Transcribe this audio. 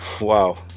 Wow